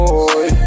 Boy